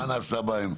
מה נעשה בהם,